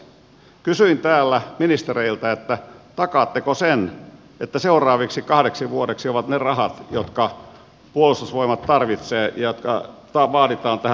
kysyin täällä ministereiltä takaatteko sen että seuraavaksi kahdeksi vuodeksi ovat ne rahat jotka puolustusvoimat tarvitsee ja jotka vaaditaan tähän rakenneuudistukseen